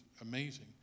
amazing